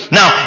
Now